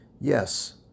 yes